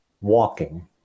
walking